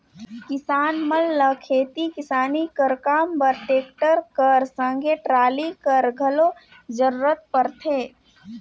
किसान मन ल खेती किसानी कर काम बर टेक्टर कर संघे टराली कर घलो जरूरत परथे